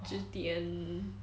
之巅